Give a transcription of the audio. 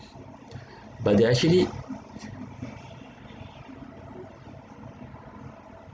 but there are actually